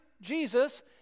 Jesus